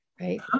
right